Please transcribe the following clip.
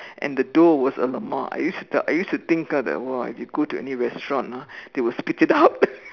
and the dough was uh !alamak! I used to I used to think ah that !wah! if you go to any restaurant ah they will spit it up